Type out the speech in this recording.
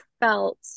felt